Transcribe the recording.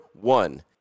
one